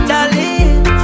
Darling